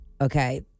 Okay